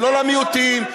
ולא למיעוטים,